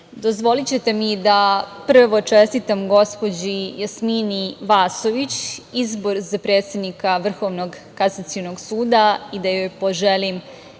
Pantiću. Dozvolićete mi da prvo čestitam gospođi Jasmini Vasović, izbor za predsednika Vrhovnog kasacionog suda, i da joj poželim